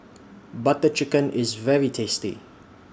Butter Chicken IS very tasty